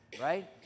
Right